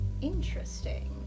Interesting